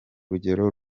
rugero